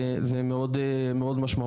וזה מאוד משמעותי.